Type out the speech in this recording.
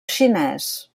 xinès